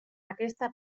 aquesta